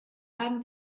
haben